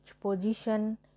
position